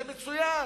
זה מצוין,